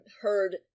heard